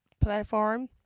platform